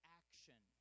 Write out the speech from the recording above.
action